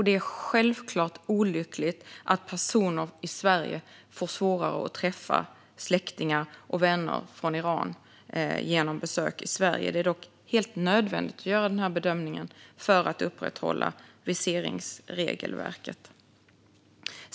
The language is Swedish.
Det är givetvis olyckligt att personer i Sverige får svårare att träffa släktingar och vänner från Iran genom besök i Sverige. Det är dock helt nödvändigt att göra denna bedömning för att upprätthålla viseringsregelverket.